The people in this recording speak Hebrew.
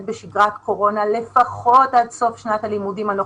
בשגרת קורונה לפחות עד סוף שנת הלימודים הנוכחית,